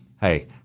Hey